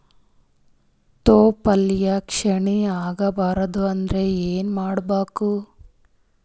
ತೊಪ್ಲಪಲ್ಯ ಕ್ಷೀಣ ಆಗಬಾರದು ಅಂದ್ರ ಏನ ಮಾಡಬೇಕು?